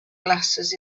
glasses